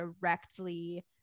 directly